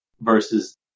versus